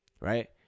right